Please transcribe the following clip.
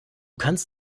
kannst